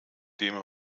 dem